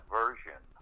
version